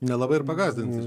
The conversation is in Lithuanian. nelabai ir pagąsdinsi